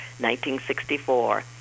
1964